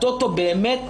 הטוטו באמת,